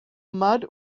mud